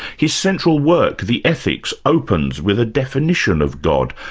his central work, the ethics, opens with a definition of god,